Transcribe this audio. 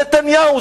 נתניהו,